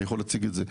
אני יכול להציג את זה.